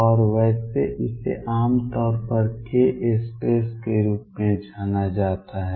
और वैसे इसे आमतौर पर k स्पेस के रूप में जाना जाता है